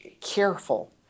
careful